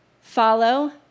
Follow